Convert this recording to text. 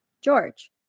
George